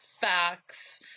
facts